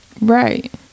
Right